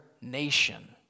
nation